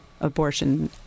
abortion